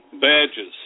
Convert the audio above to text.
badges